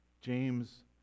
James